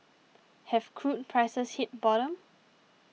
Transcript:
have crude prices hit bottom